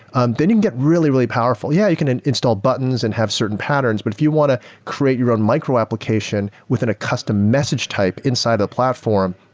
um then you can get really, really powerful. yeah, you can and install buttons and have certain patterns, but if you want to create your own micro application within a custom message type inside a platform,